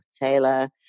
Taylor